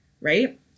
Right